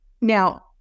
now